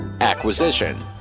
Acquisition